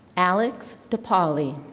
alex depaoli.